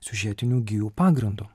siužetinių gijų pagrindu